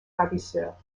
ravisseurs